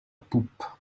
poupe